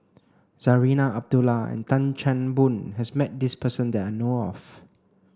Zarinah Abdullah and Tan Chan Boon has met this person that I know of